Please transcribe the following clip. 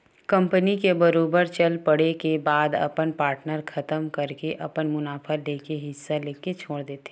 company के बरोबर चल पड़े के बाद अपन पार्टनर खतम करके अपन मुनाफा लेके हिस्सा लेके छोड़ देथे